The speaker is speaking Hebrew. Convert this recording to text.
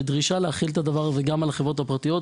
בדרישה להחיל את זה גם על החברות הפרטיות.